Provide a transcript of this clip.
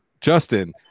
Justin